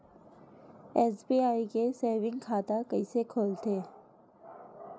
SBI के saving खाता कइसे खोलथे?